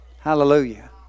Hallelujah